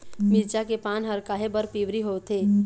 मिरचा के पान हर काहे बर पिवरी होवथे?